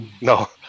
No